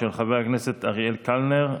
של חבר הכנסת אריאל קלנר.